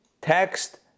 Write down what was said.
text